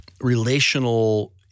relational